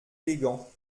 élégant